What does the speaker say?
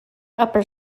upper